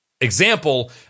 example